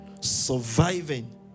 surviving